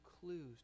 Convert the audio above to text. clues